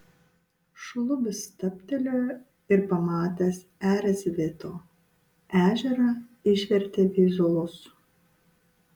šlubis stabtelėjo ir pamatęs erzvėto ežerą išvertė veizolus